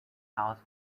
house